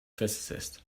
physicist